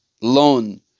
loan